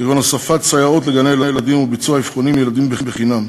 כגון הוספת סייעות לגני-ילדים וביצוע אבחונים לילדים חינם,